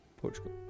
Portugal